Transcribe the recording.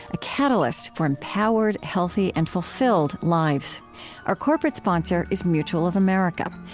a catalyst for empowered, healthy, and fulfilled lives our corporate sponsor is mutual of america.